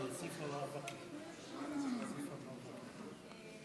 שלוש דקות, אדוני.